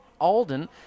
Alden